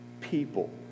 people